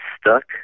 stuck